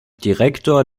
direktor